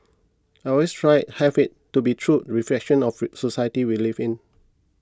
I always tried have it to be true reflection of society we live in